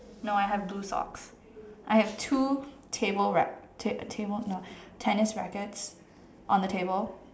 no I have blue socks I have two table rack~ ta~ table no tennis rackets on the table